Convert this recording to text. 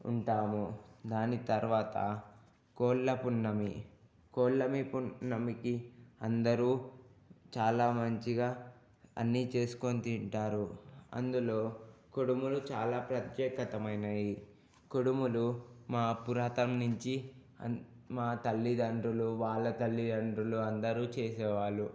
ఉంటాము దాని తర్వాత కోళ్ళ పున్నమి కోళ్ళ మీ పున్నమికి అందరూ చాలా మంచిగా అన్నీ చేసుకొని తింటారు అందులో కుడుములు చాలా ప్రత్యేకతమైనవి కుడుములు మా పురాతన నుంచి మా తల్లిదండ్రులు వాళ్ళ తల్లిదండ్రులు అందరూ చేసేవాళ్ళు